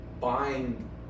buying